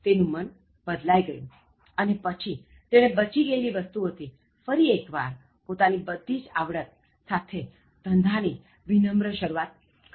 તેનું મન બદલાઇ ગયું પછી તેણે બચી ગયેલી વસ્તુઓ થી ફરી એક વાર પોતાની બધી જ આવડત સાથે ધંધા ની વિનમ્ર શરુઆત કરી